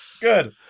Good